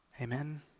Amen